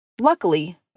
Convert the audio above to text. Luckily